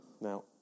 Now